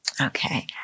Okay